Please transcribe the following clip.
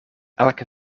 elke